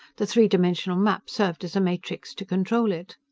the three-dimensional map served as a matrix to control it.